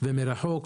אלקטרונית ומרחוק,